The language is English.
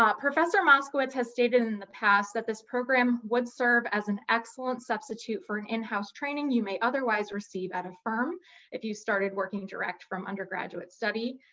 ah professor moskowitz has stated in the past that this program would serve as an excellent substitute for an in-house training you may otherwise receive at a firm if you started working direct from undergraduate study.